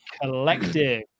collective